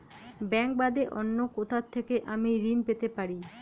Bank বাদে অন্য কোথা থেকে আমি ঋন পেতে পারি?